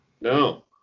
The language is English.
No